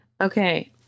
Okay